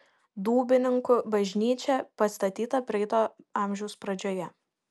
dūbininkų bažnyčia pastatyta praeito amžiaus pradžioje